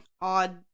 odd